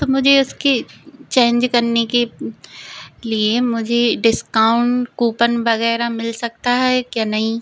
तो मुझे उसकी चेंज करने की लिए मुझे डिस्काउंट कूपन वगैरह मिल सकता है क्या नहीं